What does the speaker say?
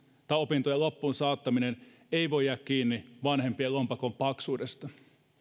tai opintojen loppuun saattaminen ei voi jäädä kiinni vanhempien lompakon paksuudesta